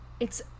It's-